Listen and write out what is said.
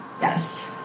Yes